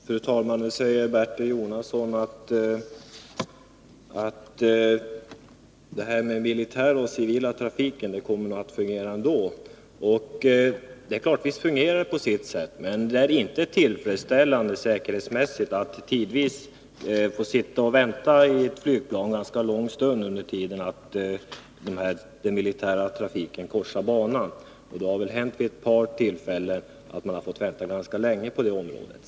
Fru talman! Bertil Jonasson säger att den militära och civila trafiken kommer att fungera ändå. Det är klart, visst fungerar den på sitt sätt. Men det är inte tillfredsställande säkerhetsmässigt att man tidvis får sitta och vänta i ett flygplan ganska långa stunder, medan den militära flygtrafiken korsar banan. Det har hänt vid ett par tillfällen att man har fått vänta ganska länge i sådana sammanhang.